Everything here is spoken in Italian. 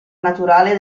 naturale